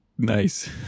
Nice